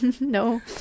No